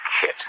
Kit